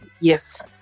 yes